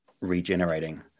regenerating